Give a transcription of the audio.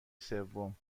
سوم